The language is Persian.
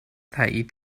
تأیید